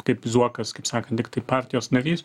kaip zuokas kaip sakant tiktai partijos narys